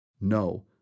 No